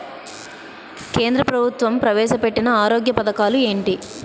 కేంద్ర ప్రభుత్వం ప్రవేశ పెట్టిన ఆరోగ్య పథకాలు ఎంటి?